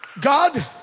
God